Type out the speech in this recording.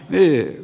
eyn